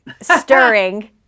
stirring